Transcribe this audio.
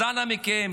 אז אנא מכם,